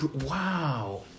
Wow